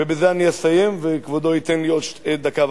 ובזה אסיים, וכבודו ייתן לי עוד דקה וחצי.